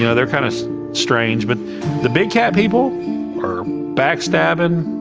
you know they're kind of strange, but the big cat people are backstabbing.